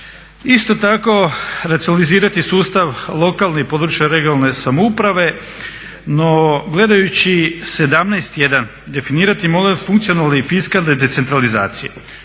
Isto tako racionalizirati sustav lokalne i područne (regionalne) samouprave, no gledajući 17.1. definirati … funkcionalne i fiskalne decentralizacije.